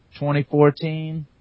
2014